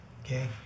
Okay